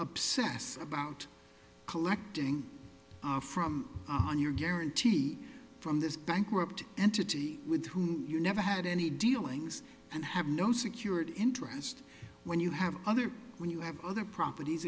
obsess about collecting our from on your guarantee from this bankrupt entity with whom you never had any dealings and have no security interest when you have other when you have other properties